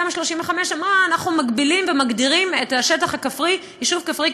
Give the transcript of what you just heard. תמ"א 35 אמרה: אנחנו מגבילים ומגדירים את השטח הכפרי יישוב כפרי,